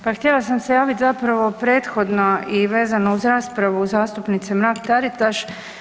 Pa htjela sam se javiti zapravo prethodno i vezano uz raspravu zastupnice Mrak Taritaš.